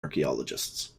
archaeologists